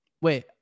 Wait